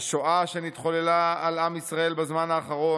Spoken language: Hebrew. "השואה שנתחוללה על עם ישראל בזמן האחרון,